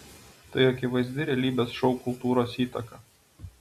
tai akivaizdi realybės šou kultūros įtaka